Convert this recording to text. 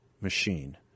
machine